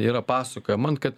yra pasakoję man kad